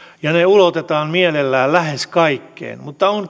ja ne ulotetaan mielellään lähes kaikkiin mutta on